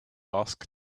asked